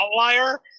outlier